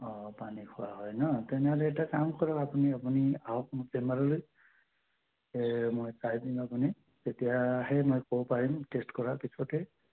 অঁ পানী খোৱা হয় ন তেনেহলে এটা কাম কৰক আপুনি আপুনি আহক মোৰ চেম্বাৰলৈ মই চাই দিম আপুনি তেতিয়াহে মই ক'ব পাৰিম টেষ্ট কৰাৰ পিছতহে